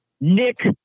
Nick